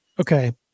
okay